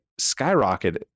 skyrocketed